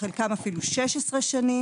חלקם אפילו 16 שנים.